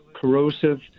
corrosive